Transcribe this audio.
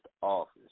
office